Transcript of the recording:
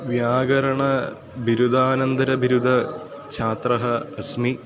व्याकरणविरुदानन्दविररुदछात्रः अस्मि